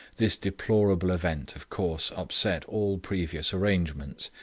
this deplorable event, of course, upset all previous arrangements,